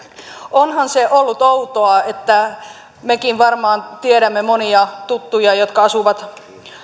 onhan se ollut outoa mekin varmaan tiedämme monia tuttuja jotka asuvat